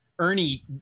Ernie